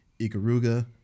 Ikaruga